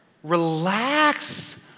Relax